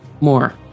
more